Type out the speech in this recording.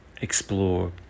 explore